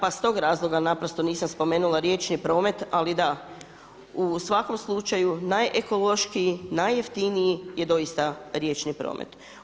Pa stog razloga naprosto nisam spomenula riječni promet, ali da, u svakom slučaju najekološkiji, najjeftiniji je doista riječni promet.